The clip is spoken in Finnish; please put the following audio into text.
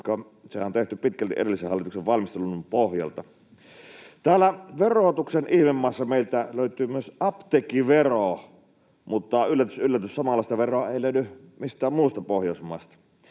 se on tehty pitkälti edellisen hallituksen valmistelun pohjalta. Täällä verotuksen ihmemaassa meiltä löytyy myös apteekkivero, mutta yllätys yllätys, samanlaista veroa ei löydy mistään muusta Pohjoismaasta.